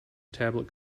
tablet